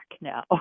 now